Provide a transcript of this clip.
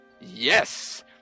Yes